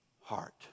heart